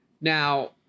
now